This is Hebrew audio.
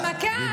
(אבל היום הנושא הפך לגלוי, ) ששש,